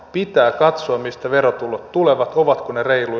pitää katsoa mistä verotulot tulevat ovatko ne reiluja